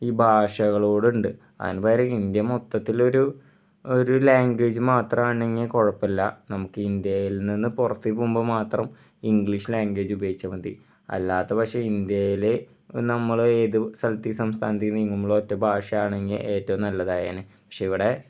ഈ ഭാഷകളോട് ഉണ്ട് അതിന് പകരം ഇന്ത്യ മൊത്തത്തിൽ ഒരു ഒരു ലാംഗ്വേജ് മാത്രമാണെങ്കിൽ കുഴപ്പമില്ല നമുക്ക് ഇന്ത്യയിൽ നിന്ന് പുറത്തേക്ക് പോകുമ്പോൾ മാത്രം ഇംഗ്ലീഷ് ലാംഗ്വേജ് ഉപയോഗിച്ചാൽ മതി അല്ലാത്ത പക്ഷം ഇന്ത്യയിൽ നമ്മൾ ഏത് സ്ഥലത്തേക്ക് സംസ്ഥാനത്തേക്ക് നീങ്ങുമ്പോൾ ഒറ്റ ഭാഷയാണെങ്കിൽ ഏറ്റവും നല്ലതായേനെ പക്ഷേ ഇവിടെ